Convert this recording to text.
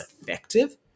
effective